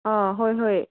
ꯑꯥ ꯍꯣꯏ ꯍꯣꯏ